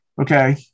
Okay